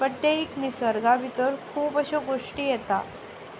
but तें एक निसर्गा भितर खूब अश्यो गोश्टी येता